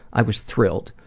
i was thrilled.